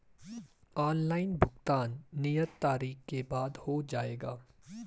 Online भुगतान नियत तारीख के बाद हो जाएगा?